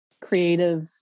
creative